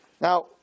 Now